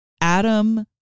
Adam